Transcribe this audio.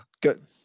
good